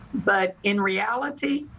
but in reality,